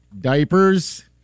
Diapers